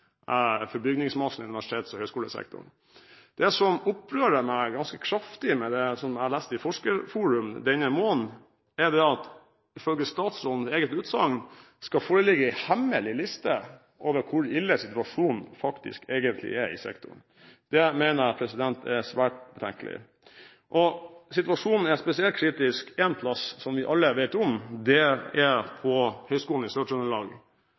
for bygningsmassen i universitets- og høgskolesektoren. Det som opprører meg ganske kraftig med det jeg leste i Forskerforum denne måneden, er at det ifølge statsrådens eget utsagn skal foreligge en hemmelig liste over hvor ille situasjonen egentlig er i sektoren. Det mener jeg er svært betenkelig. Situasjonen er spesielt kritisk en plass, som vi alle vet om, og det er på Høgskolen i